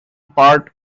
part